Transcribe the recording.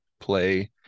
play